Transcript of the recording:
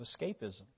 escapism